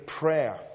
prayer